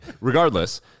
Regardless